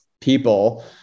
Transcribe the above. people